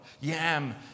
Yam